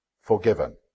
forgiven